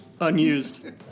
Unused